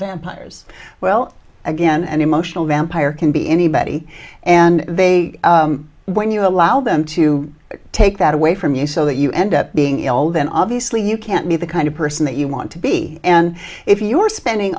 vampires well again an emotional vampire can be anybody and they when you allow them to take that away from you so that you end up being l then obviously you can't be the kind of person that you want to be and if you're spending